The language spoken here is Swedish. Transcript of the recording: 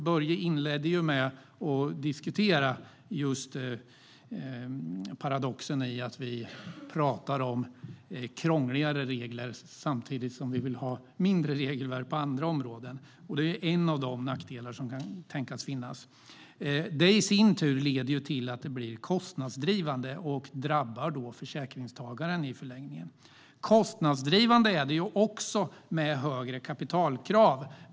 Börje inledde med att diskutera just paradoxen i att vi pratar om krångligare regler samtidigt som vi på andra områden vill ha mindre regelverk. Det är en av de nackdelar som kan tänkas finnas. Det i sin tur leder till att det blir kostnadsdrivande, och det drabbar försäkringstagaren i förlängningen. Kostnadsdrivande är det också med högre kapitalkrav.